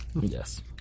Yes